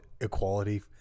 equality